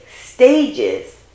stages